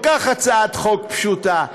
הצעת חוק כל כך פשוטה,